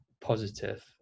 positive